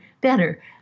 better